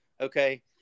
Okay